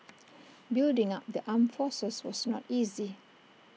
building up the armed forces was not easy